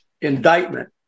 indictment